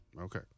okay